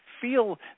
feel